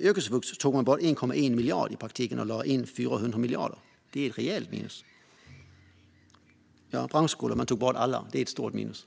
yrkesvux tog man i praktiken bort 1,1 miljarder och lade in 400 miljoner. Det är ett rejält minus. När det gäller branschskolorna tog man bort alla. Det är ett stort minus.